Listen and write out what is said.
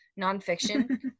nonfiction